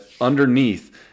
underneath